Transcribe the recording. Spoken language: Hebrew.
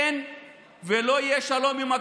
אין ולא יהיה שלום עם הכיבוש.